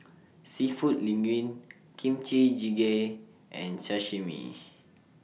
Seafood Linguine Kimchi Jjigae and Sashimi